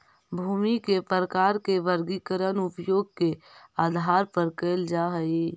भूमि के प्रकार के वर्गीकरण उपयोग के आधार पर कैल जा हइ